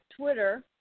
Twitter